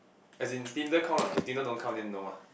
as in Tinder count or not if Tinder don't count then no ah